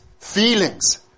feelings